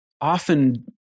often